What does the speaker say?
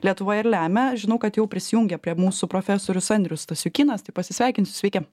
lietuvoj ir lemia žinau kad jau prisijungė prie mūsų profesorius andrius stasiukynas tai pasisveikinsiu sveiki